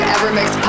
Evermix